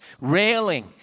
railing